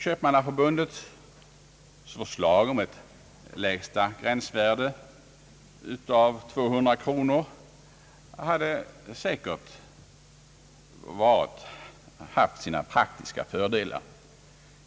Köpmannaförbundets förslag om ett lägsta gräns värde av 200 kronor hade säkert haft sina praktiska fördelar.